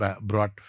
brought